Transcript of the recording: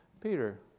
Peter